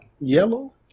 Yellow